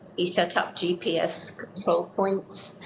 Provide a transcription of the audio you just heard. he set up gps solepoints.